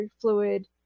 fluid